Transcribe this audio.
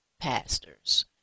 pastors